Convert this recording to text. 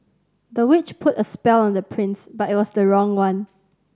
the witch put a spell on the prince but it was the wrong one